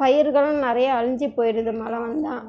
பயிர்களும் நிறைய அழிஞ்சு போய்டுது மழை வந்தால்